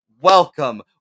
welcome